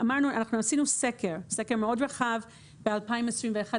אנחנו עשינו סקר מאוד רחב בשנים 2022-2021,